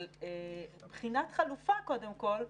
של בחינת חלופה קודם כול,